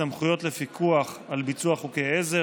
סמכויות לפיקוח על ביצוע חוקי עזר.